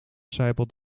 sijpelt